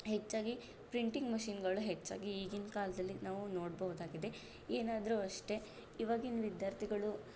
ಹೆಚ್ಚಾಗಿ ಪ್ರಿಂಟಿಂಗ್ ಮಶೀನ್ಗಳು ಹೆಚ್ಚಾಗಿ ಈಗಿನ ಕಾಲದಲ್ಲಿ ನಾವು ನೋಡಬಹುದಾಗಿದೆ ಏನಾದರೂ ಅಷ್ಟೇ ಇವಾಗಿನ ವಿದ್ಯಾರ್ಥಿಗಳು